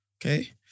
okay